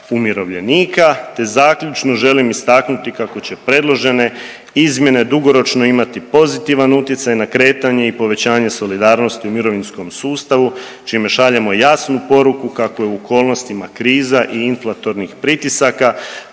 umirovljenika, te zaključno želim istaknuti kako će predložene izmjene dugoročno imati pozitivan utjecaj na kretanje i povećanje solidarnosti u mirovinskom sustavu čime šaljemo jasnu poruku kako je u okolnostima kriza i inflatornih pritisaka